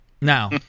Now